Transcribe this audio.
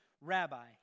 Rabbi